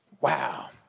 Wow